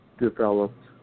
developed